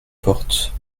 porte